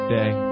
day